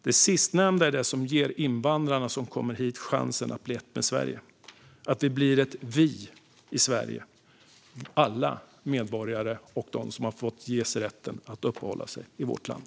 Det sistnämnda är det som ger de invandrare som kommer hit chansen att bli ett med Sverige - att vi blir ett vi i Sverige, alla medborgare och de som har getts rätten att uppehålla sig i vårt land.